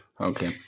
Okay